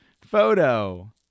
photo